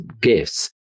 gifts